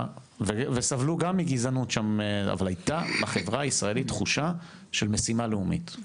סבלו גם מגזענות שם אבל הייתה בחברה הישראלית תחושה של משימה לאומית.